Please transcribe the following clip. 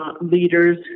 Leaders